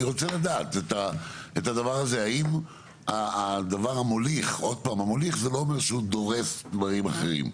אני רוצה לדעת האם הדבר המוליך המוליך לא אומר שהוא דורס דברים אחרים,